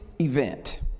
event